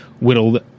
whittled